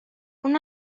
اون